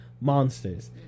monsters